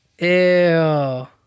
Ew